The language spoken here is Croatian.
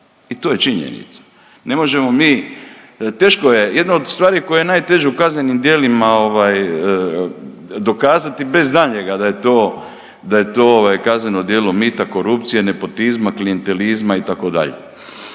mi. Teško je, jedna od stvari koja je najteža u kaznenim djelima dokazati bez daljnjega da je to kazneno djelo mita, korupcije, nepotizma, klijentelizma itd.